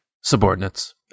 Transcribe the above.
Subordinates